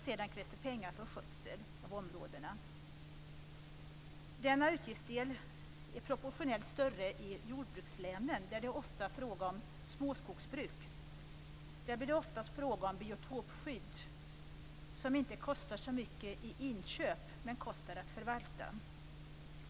Sedan krävs det pengar även för skötsel av områdena. Denna utgiftsdel är proportionellt större i jordbrukslänen, där det ofta är fråga om småskogsbruk. Där blir det oftast fråga om biotopskydd, som inte kostar så mycket i inköp men kostar att förvalta.